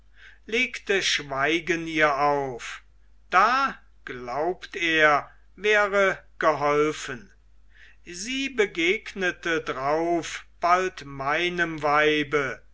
legte schweigen ihr auf da glaubt er wäre geholfen sie begegnete drauf bald meinem weibe